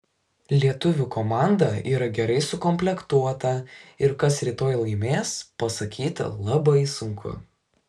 lietuvių komanda yra gerai sukomplektuota ir kas rytoj laimės pasakyti labai sunku